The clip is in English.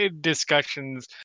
discussions